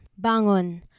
bangon